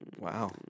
Wow